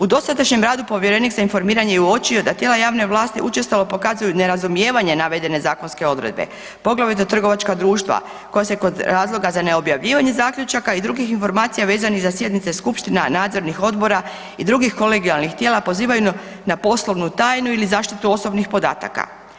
U dosadašnjem radu Povjerenik za informiranje uočio je da tijela javne vlasti učestalo pokazuju nerazumijevanje navedene zakonske odredbe poglavito trgovačka društva koja se kod razloga za neobjavljivanje zaključaka i drugih informacija vezanih za sjednice skupština, nadzornih odbora i drugih kolegijalnih tijela pozivaju na poslovnu tajnu ili zaštitu osobnih podataka.